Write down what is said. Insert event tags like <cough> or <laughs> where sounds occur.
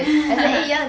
<laughs>